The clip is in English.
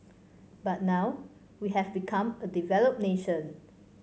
but now we have become a developed nation